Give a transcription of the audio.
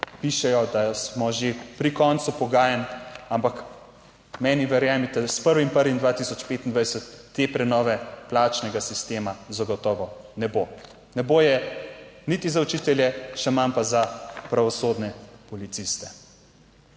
pišejo, da smo že pri koncu pogajanj, ampak meni verjemite, s 1. 1. 2025 te prenove plačnega sistema zagotovo ne bo. Ne bo je niti za učitelje, še manj pa za pravosodne policiste.